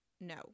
no